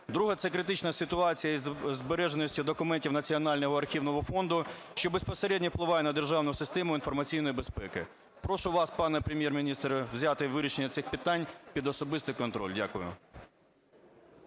Друге – це критична ситуація із збереженістю документів Національного архівного фонду, що безпосередньо впливає на державну систему інформаційної безпеки. Прошу вас, пане Прем'єр-міністре, взяти вирішення цих питань під особистий контроль. Дякую.